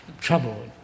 trouble